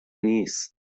نیست